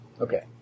Okay